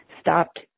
stopped